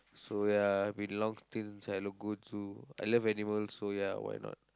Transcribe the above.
so ya I've been long time since I go to I love animals so ya why not